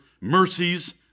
mercies